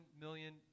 million